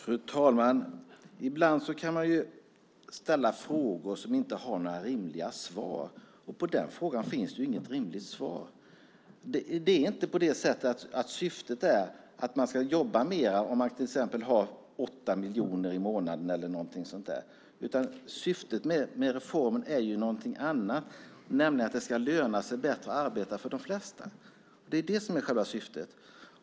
Fru talman! Ibland kan man ställa frågor som inte har några rimliga svar. På den frågan finns det inte något rimligt svar. Syftet är inte att man ska jobba mer om man till exempel har 8 miljoner i månaden eller något sådant. Syftet med reformen är något annat, nämligen att det ska löna sig bättre att arbeta för de flesta. Det är det som är syftet.